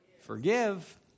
Forgive